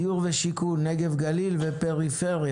דיור ושיכון, נגב גליל ופריפריה.